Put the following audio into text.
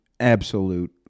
absolute